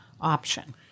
option